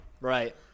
Right